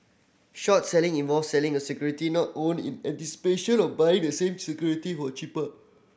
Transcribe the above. short selling involves selling a security not owned in anticipation of buying the same security for cheaper